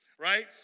Right